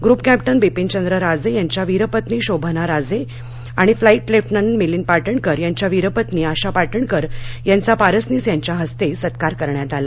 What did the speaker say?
group captain Bipinchandra Raje यांच्या वीरपत्नी शोभना राजे आणि फ्लाइट लेफ्टनंट मिलिंद पाटणकर यांच्या वीरपत्नी आशा पाटणकर यांचा पारसनीस यांच्या हस्ते सत्कार करण्यात आला